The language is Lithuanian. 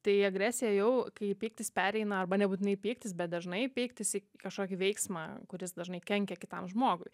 tai agresija jau kai pyktis pereina arba nebūtinai pyktis bet dažnai pyktis į kažkokį veiksmą kuris dažnai kenkia kitam žmogui